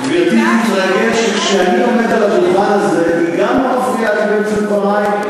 גברתי תתרגל שכשאני עומד על הדוכן הזה היא גם לא מפריעה לי באמצע דברי.